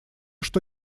что